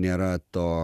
nėra to